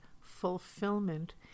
fulfillment